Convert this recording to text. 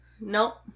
Nope